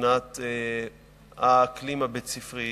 מבחינת האקלים הבית-ספרי.